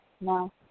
no